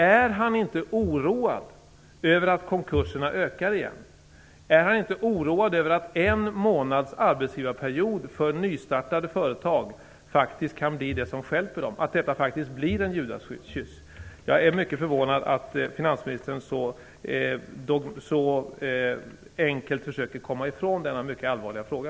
Är han inte oroad över att konkurserna ökar igen? Är han inte oroad över att en månads arbetsgivarperiod för nystartade företag faktiskt kan bli det som stjälper dem, att detta faktiskt blir en judaskyss? Jag är mycket förvånad över att finansministern så enkelt försöker komma ifrån denna mycket allvarliga fråga.